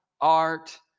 art